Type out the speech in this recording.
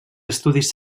estudis